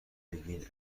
بگین